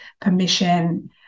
permission